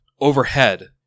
Overhead